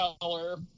color –